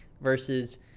versus